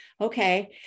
Okay